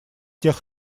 тех